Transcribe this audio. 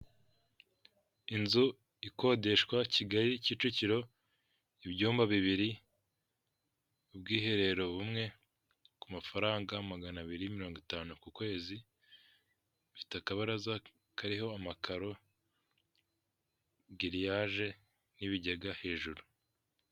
Inzu ikodeshwa Kigali, Kicukiro ibyumba bibiri ubwiherero bumwe ku mafaranga magana abiri mirongo itanu ku kwezi ifite akabaraza kariho amabati hejuru giririyage n'ibigega hejuru.